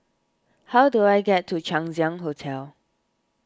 how do I get to Chang Ziang Hotel